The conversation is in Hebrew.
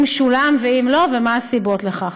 אם שולם, ואם לא, ומה הסיבות לכך.